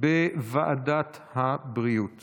לוועדת הבריאות